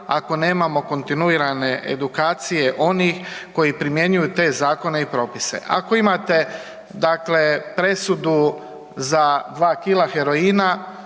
ako nemamo kontinuirane edukacije onih koji primjenjuju te zakone i propise. Ako imate dakle presudu za 3 kg heroina